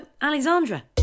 Alexandra